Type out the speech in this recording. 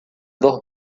dos